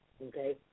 Okay